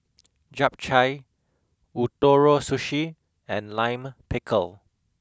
Japchae Ootoro Sushi and Lime Pickle